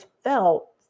felt